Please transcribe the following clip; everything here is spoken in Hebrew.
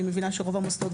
אני מבינה שברוב המוסדות,